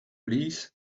please